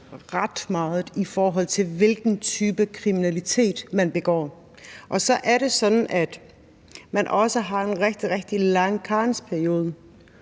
ret meget i forhold til, hvilken type kriminalitet man begår, og så er det også sådan, at man har en rigtig, rigtig lang karensperiode